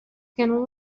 can